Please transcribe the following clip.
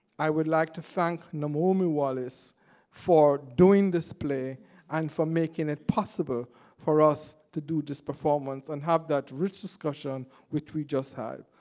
i would like to thank naomi wallace for doing this play and for making it possible for us to do this performance and have that rich discussion which we just had.